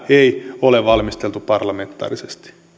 ei ole valmisteltu parlamentaarisesti